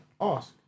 Ask